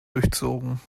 durchzogen